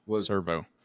Servo